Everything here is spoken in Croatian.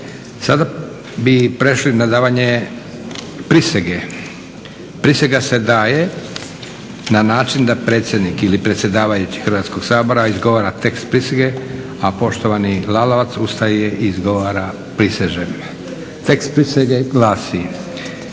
Sada bi prešli na davanje prisege. Prisega se daje na način da predsjednik ili predsjedavajući Hrvatskog sabora izgovara tekst prisege, a poštovani Lalovac ustaje i izgovara prisežem. Tekst prisege glasi: